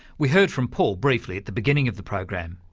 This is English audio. we heard from paul briefly at the beginning of the program.